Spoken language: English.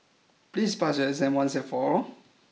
please pass your exam once and for all